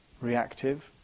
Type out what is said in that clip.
reactive